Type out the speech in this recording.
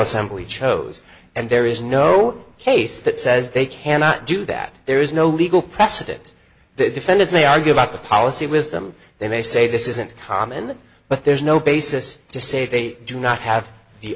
assembly chose and there is no case that says they cannot do that there is no legal precedent the defendants may argue about the policy wisdom they may say this isn't common but there's no basis to say they do not have the